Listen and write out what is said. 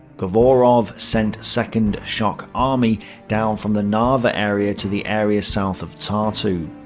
govorov sent second shock army down from the narva area to the area south of tartu.